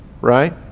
right